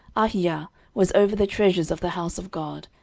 ahijah was over the treasures of the house of god,